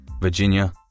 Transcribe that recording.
Virginia